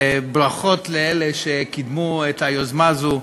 ברכות לאלה שקידמו את היוזמה הזו,